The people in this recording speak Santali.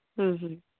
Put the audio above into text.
ᱦᱩᱸ ᱦᱩᱸ